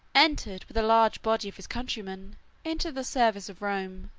entered with a large body of his countrymen into the service of rome,